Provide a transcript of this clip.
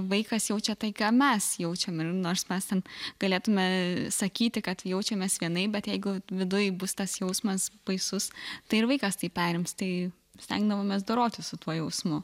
vaikas jaučia tai ką mes jaučiam ir nors mes ten galėtume sakyti kad jaučiamės vienaip bet jeigu viduj bus tas jausmas baisus tai ir vaikas tai perims tai stengdavomės dorotis su tuo jausmu